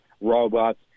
robots